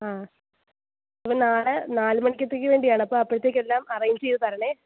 ആ അപ്പം നാളെ നാല് മണിക്കത്തേക്ക് വേണ്ടിയാണ് അപ്പോൾ അപ്പോഴത്തേക്ക് എല്ലാം അറേഞ്ച് ചെയ്ത് തരണേ